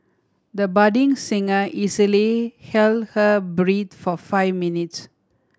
the budding singer easily held her breath for five minutes